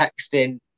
texting